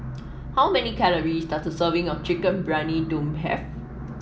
how many calories does a serving of Chicken Briyani Dum have